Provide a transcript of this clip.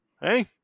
Hey